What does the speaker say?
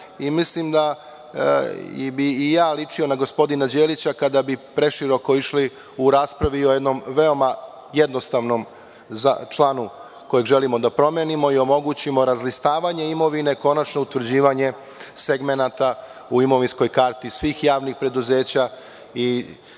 i mislim da bih i ja ličio na gospodina Đelića kada bi preširoko išli u raspravi o jednom veoma jednostavnom članu kojeg želimo da promenimo i omogućimo razlistavanje imovine i konačno utvrđivanje segmenata u imovinskoj karti svih javnih preduzeća i njihovih